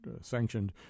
sanctioned